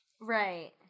Right